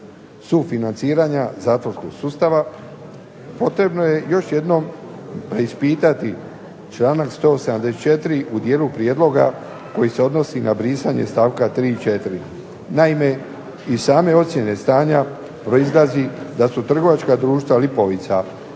sufinanciranja zatvorskog sustava potrebno je još jednom preispitati članak 174. u dijelu prijedloga koji se odnosi na brisanje stavka 3. i 4. Naime, iz same ocjene stanja proizlazi da su trgovačka društva "Lipovica"